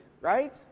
right